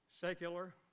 secular